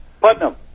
Putnam